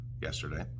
yesterday